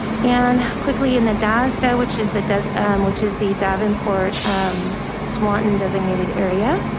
and quickly in the data's day, which is the desert um which is the davenport swanton designated area.